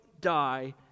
die